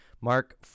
Mark